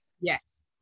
Yes